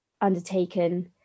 undertaken